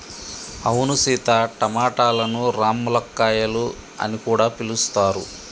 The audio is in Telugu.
అవును సీత టమాటలను రామ్ములక్కాయాలు అని కూడా పిలుస్తారు